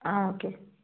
ஆ okay